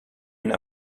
une